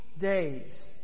days